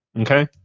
okay